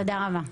תודה רבה.